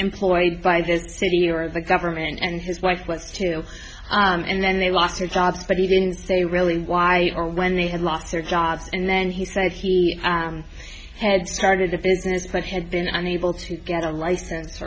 employed by the city or the government and his wife was too and then they lost her job but he didn't say really why or when they had lost their jobs and then he said he had started a business that had been unable to get a license